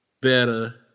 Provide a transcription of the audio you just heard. better